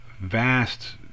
vast